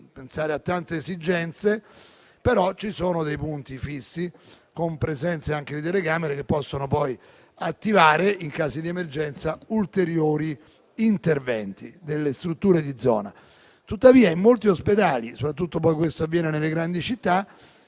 pensare a tante esigenze, ma ci sono dei punti fissi, anche con la presenza di telecamere, che possono poi attivare, in casi di emergenza, ulteriori interventi delle strutture di zona. Tuttavia, in molti ospedali, soprattutto nelle grandi città,